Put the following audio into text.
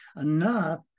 enough